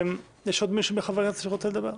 יש עוד מישהו מחברי הכנסת שרוצה לדבר?